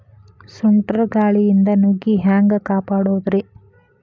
ಸುಂಟರ್ ಗಾಳಿಯಿಂದ ನುಗ್ಗಿ ಹ್ಯಾಂಗ ಕಾಪಡೊದ್ರೇ?